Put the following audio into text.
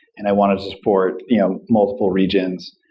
and i wanted to support multiple regions.